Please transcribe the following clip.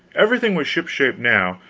everything was ship-shape now,